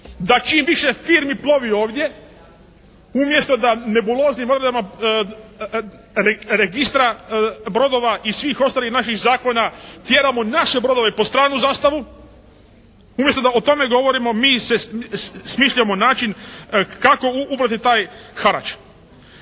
da čim više firmi plovi ovdje umjesto da nebuloznim odredbama Registra brodova i svih ostalih naših zakona tjeramo naše brodove pod stranu zastavu. Umjesto da o tome govorimo mi smišljamo način kako ubrati taj harač.